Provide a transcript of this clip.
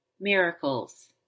Miracles